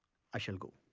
i shall go.